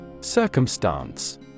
Circumstance